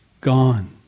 gone